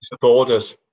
borders